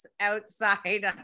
outside